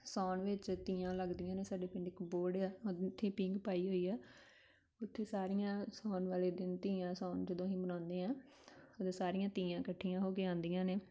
ਸਾਉਣ ਵਿੱਚ ਤੀਆਂ ਲੱਗਦੀਆਂ ਨੇ ਸਾਡੇ ਪਿੰਡ ਇੱਕ ਬੋਹੜ ਆ ਉੱਥੇ ਪੀਂਘ ਪਾਈ ਹੋਈ ਆ ਉਥੇ ਸਾਰੀਆਂ ਸਾਉਣ ਵਾਲੇ ਦਿਨ ਧੀਆਂ ਸਾਉਣ ਜਦੋਂ ਅਸੀਂ ਮਨਾਉਂਦੇ ਹਾਂ ਅਤੇ ਸਾਰੀਆਂ ਧੀਆਂ ਇਕੱਠੀਆਂ ਹੋ ਕੇ ਆਉਦੀਆਂ ਨੇ